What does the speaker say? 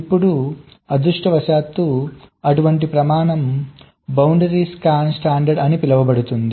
ఇప్పుడు అదృష్టవశాత్తూ అటువంటి ప్రమాణం బౌండరీ స్కాన్ స్టాండర్డ్ అని పిలువబడుతుంది